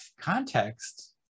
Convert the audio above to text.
context